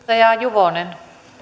arvoisa